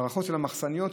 וההארכות של המחסניות,